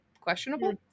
questionable